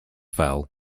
fell